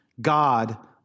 God